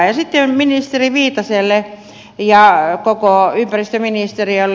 sitten ministeri viitaselle ja koko ympäristöministeriölle